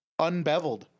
unbeveled